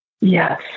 Yes